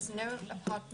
אין דירות יותר,